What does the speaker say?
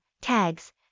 tags